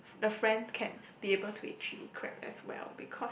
the friend can be able to eat chilli crab as well because